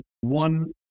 one